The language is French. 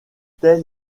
telles